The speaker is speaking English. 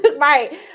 right